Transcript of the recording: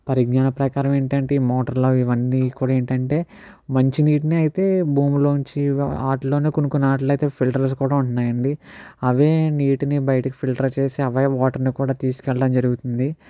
పరిజ్ఞాన ప్రకారం ఏంటంటే ఈ మోటార్లు ఇవన్నీ కూడా ఏంటంటే మంచి నీటిని అయితే భూమిలోంచి వాటిలోనే కొన్ని కొన్ని వాటిల్లో అయితే ఫిల్టర్స్ కూడా ఉంటున్నాయండి అవే నీటిని బయటికి ఫిల్టర్ చేసి అవే వాటర్ని కూడా తీసుకెళ్ళడం జరుగుతుంది